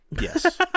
yes